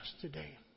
today